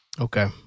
Okay